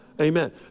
Amen